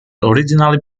originally